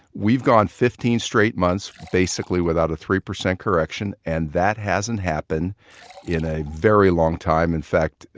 we've gone fifteen straight months basically without a three percent correction, and that hasn't happened in a very long time. in fact,